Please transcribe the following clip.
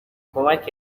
کمکت